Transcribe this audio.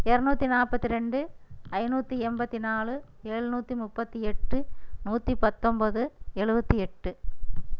இரநூத்தி நாற்பத்தி ரெண்டு ஐநூற்றி எண்பத்தி நாலு எழுநூற்றி முப்பத்தி எட்டு நூற்றி பத்தொன்போது எழுபத்தி எட்டு